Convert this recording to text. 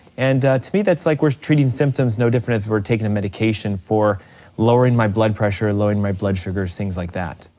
and to me that's like we're treating symptoms no different if we're taking a medication for lowering my blood pressure, lowering my blood sugars, things like that.